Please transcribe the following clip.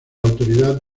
autoridad